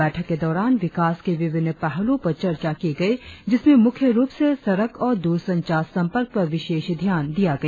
बैठक के दौरान विकास के विभिन्न पहलुओं पर चर्चा की गई जिसमें मुख्य रुप से सड़क और दूरसंचार संपर्क पर विशेष ध्यान दिया गया